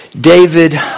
David